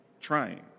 trying